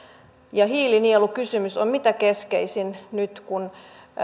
hiilinielukysymys on mitä keskeisin nyt kun